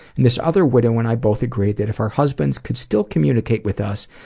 this other widow and i both agree that if our husbands could still communicate with us,